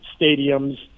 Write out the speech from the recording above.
stadiums